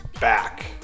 back